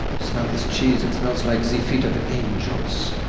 smell this cheese, it smells like the feet of angels.